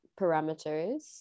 parameters